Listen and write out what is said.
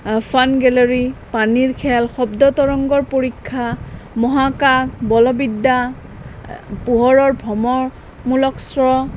ফান gallery পানীৰ খেল শব্দতৰংগৰ পৰীক্ষা মহাকশ বল বিদ্যা পোহৰৰ ভ্ৰমণমূলক